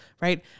right